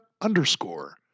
underscore